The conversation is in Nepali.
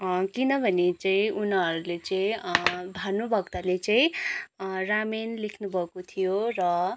किनभने चाहिँ उनीहरूले चाहिँ भानुभक्तले चाहिँ रामायण लेख्नु भएको थियो र